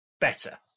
better